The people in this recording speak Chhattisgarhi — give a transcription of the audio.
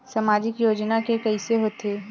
सामाजिक योजना के कइसे होथे?